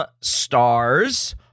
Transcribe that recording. stars